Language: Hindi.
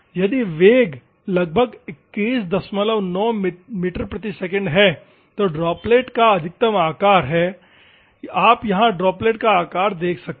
यदि वेग लगभग 219 मीटर प्रति सेकंड है तो ड्रॉपलेट का अधिकतम आकार है आप यहां ड्रॉपलेट का आकार देख सकते हैं